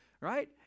right